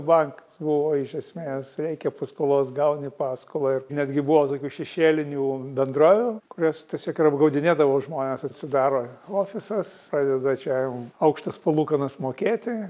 bankas buvo iš esmės reikia paskolos gauni paskolą ir netgi buvo tokių šešėlinių bendrovių kurios tiesiog ir apgaudinėdavo žmones atsidaro ofisas pradeda čia jam aukštas palūkanas mokėti